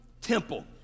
temple